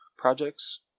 projects